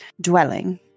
dwelling